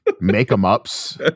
make-em-ups